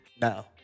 No